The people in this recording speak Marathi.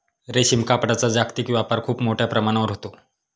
रेशीम कापडाचा जागतिक व्यापार खूप मोठ्या प्रमाणावर होतो